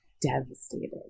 devastated